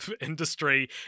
industry